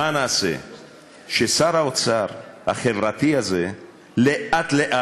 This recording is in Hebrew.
מה נעשה ששר האוצר החברתי הזה לאט-לאט